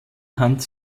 hans